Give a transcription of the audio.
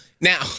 Now